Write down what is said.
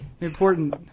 Important